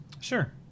sure